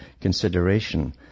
consideration